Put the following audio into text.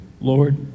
lord